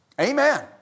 Amen